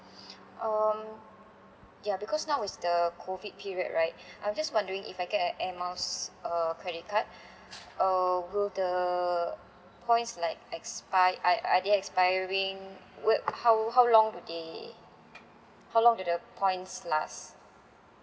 um ya because now is the COVID period right I'm just wondering if I get a air miles uh credit card uh will the points like expired are are they expiring would how how long do they how long do the points last